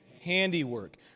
Handiwork